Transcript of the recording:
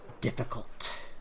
difficult